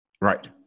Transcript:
Right